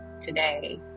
today